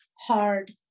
hard